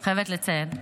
אני חייבת לציין,